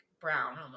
brown